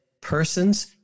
persons